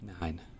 Nine